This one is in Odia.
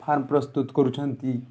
ଫାର୍ମ ପ୍ରସ୍ତୁତ କରୁଛନ୍ତି